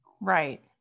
Right